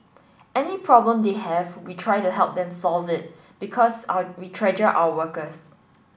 any problem they have we try to help them to solve it because we treasure our workers